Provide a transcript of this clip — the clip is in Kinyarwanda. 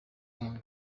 umwe